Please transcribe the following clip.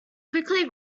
quickly